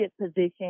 position